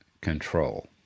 control